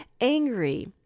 angry